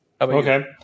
Okay